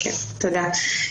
תודה.